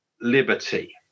liberty